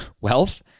Wealth